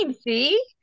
see